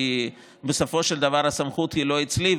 כי בסופו של דבר הסמכות לא אצלי.